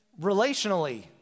relationally